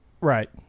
Right